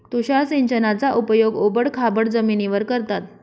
तुषार सिंचनाचा उपयोग ओबड खाबड जमिनीवर करतात